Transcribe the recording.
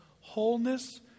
Wholeness